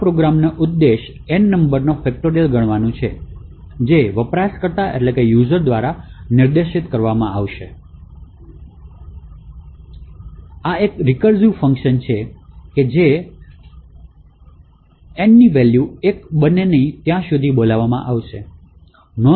આ પ્રોગ્રામનો ઉદ્દેશ્ય N નંબરનો ફેકટોરિયલ ગણવાનું છે જે વપરાશકર્તા દ્વારા નિર્દિષ્ટ કરવામાં આવે છે અને જે રીતે આ તથ્યને ગણવામાં આવે છે તે કાર્ય તથ્ય દ્વારા કરવામાં આવે છે જે એક રેકુર્સિવે ફંક્શન છે જે એક બને ત્યાં સુધી બોલાવવામાં આવે છે